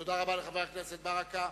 תודה רבה לחבר הכנסת ברכה.